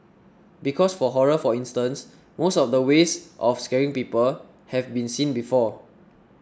because for horror for instance most of the ways of scaring people have been seen before